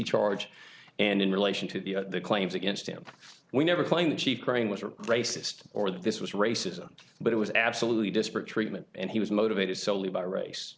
charge and in relation to the claims against him we never claimed that chief crane was a racist or that this was racism but it was absolutely disparate treatment and he was motivated solely by race